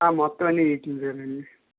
ఆ మొత్తం అన్ని వీటితోనే అండి